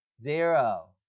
zero